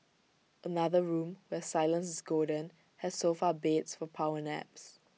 another room where silence is golden has sofa beds for power naps